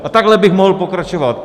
A takhle bych mohl pokračovat.